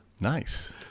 Nice